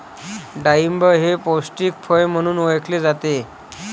डाळिंब हे पौष्टिक फळ म्हणून ओळखले जाते